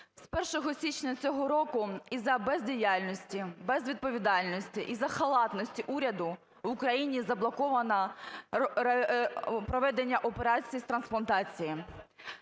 З 1 січня цього року із-за бездіяльності, безвідповідальності, із-за халатності уряду в Україні заблоковано проведення операцій з трансплантації.